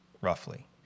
Roughly